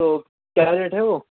تو کیا ریٹ ہے وہ